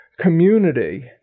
community